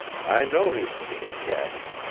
i know his teeth chattered.